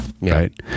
right